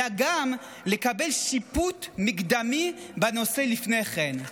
אלא גם לקבל שיפוט מקדמי בנושא לפני כן.